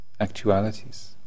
actualities